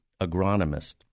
agronomist